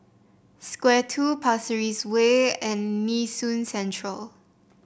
Square Two Pasir Ris Way and Nee Soon Central